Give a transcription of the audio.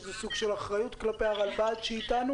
איזשהו סוג של אחריות כלפי הרלב"ד שאיתנו,